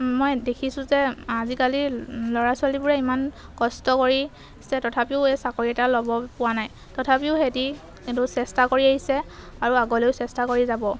মই দেখিছোঁ যে আজিকালি ল'ৰা ছোৱালীবোৰে ইমান কষ্ট কৰিছে তথাপিও এই চাকৰি এটা ল'ব পোৱা নাই তথাপিও সিহঁতি সেইটো চেষ্টা কৰি আহিছে আৰু আগলৈও চেষ্টা কৰি যাব